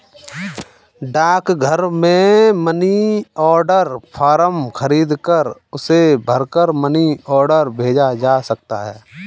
डाकघर से money order form खरीदकर उसे भरकर मनी ऑर्डर भेजा जा सकता है